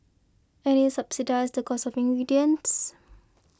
and subsidise the cost of ingredients